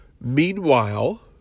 Meanwhile